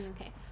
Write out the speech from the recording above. okay